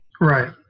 Right